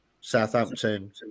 Southampton